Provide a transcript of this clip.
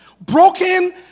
broken